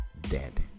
dead